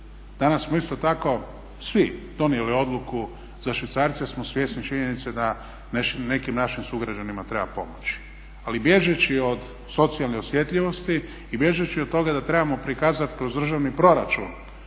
Danas smo isto tako svi donijeli odluku za švicarce, jer smo svjesni činjenice da nekim našim sugrađanima treba pomoći. Ali bježeći od socijalne osjetljivosti i bježeći od toga da trebamo prikazati kroz državni proračun